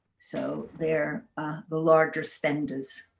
so they're the larger spenders.